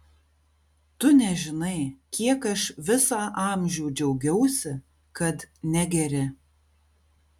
tu nežinai kiek aš visą amžių džiaugiausi kad negeri